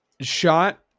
shot